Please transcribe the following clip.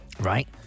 right